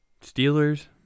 Steelers